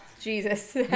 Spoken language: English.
Jesus